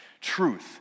Truth